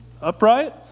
upright